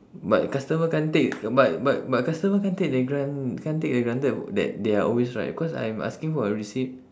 but customer can't take but but but customer can't take the gra~ they can't take the granted that they are always right cause I'm asking for a receipt